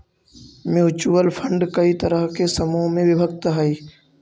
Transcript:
mutual fund कई तरह के समूह में विभक्त हई